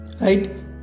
right